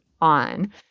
on